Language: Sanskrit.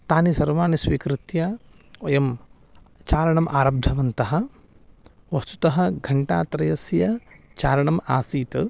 तानि सर्वाणि स्वीकृत्य वयं चारणम् आरब्धवन्तः वस्तुतः घण्टात्रयस्य चारणम् आसीत्